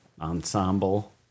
Ensemble